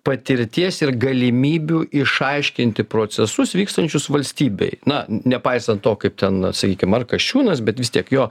patirties ir galimybių išaiškinti procesus vykstančius valstybėj na nepaisant to kaip ten sakykim ar kasčiūnas bet vis tiek jo